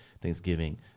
thanksgiving